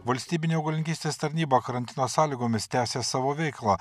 valstybinė augalininkystės tarnyba karantino sąlygomis tęsia savo veiklą